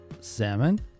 salmon